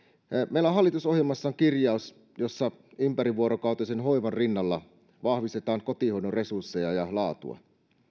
meillä on hallitusohjelmassa kirjaus jossa ympärivuorokautisen hoivan rinnalla vahvistetaan kotihoidon resursseja ja laatua